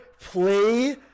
play